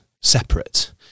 separate